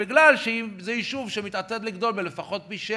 בגלל שהיא יישוב שמתעתד לגדול בלפחות פי-שבעה.